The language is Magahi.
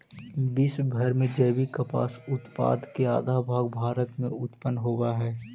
विश्व भर के जैविक कपास उत्पाद के आधा भाग भारत में उत्पन होवऽ हई